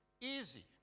easy